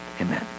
Amen